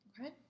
okay